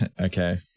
okay